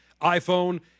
iPhone